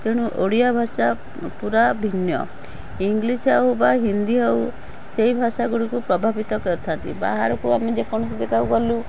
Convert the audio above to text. ତେଣୁ ଓଡ଼ିଆ ଭାଷା ପୁରା ଭିନ୍ନ ଇଂଲିଶ୍ ହଉ ବା ହିନ୍ଦୀ ହଉ ସେଇ ଭାଷା ଗୁଡ଼ିକୁ ପ୍ରଭାବିତ କରିଥାନ୍ତି ବାହାରକୁ ଆମେ ଯେକୌଣସି ଜାଗାକୁ ଗଲେ ଗଲୁ